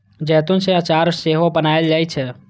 जैतून सं अचार सेहो बनाएल जाइ छै